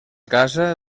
casa